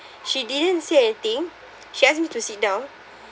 she didn't say anything she asked me to sit down